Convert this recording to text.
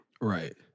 Right